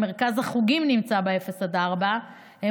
ולפעמים עד 18:00,